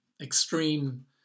extreme